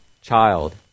child